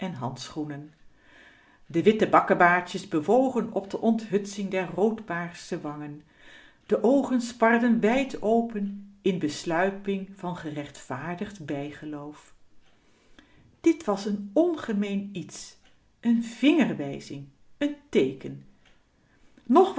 handschoenen de witte bakkebaardjes bewogen op de onthutsing der rood paarse wangen de oogen sparden wijd-open in besluiping van gerechtvaardigd bijgeloof dit was een ongemeen iets n vingerwijzing n teeken